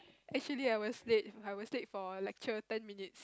actually I was late I was late for lecture ten minutes